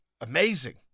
amazing